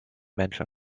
manchester